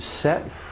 set